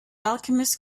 alchemist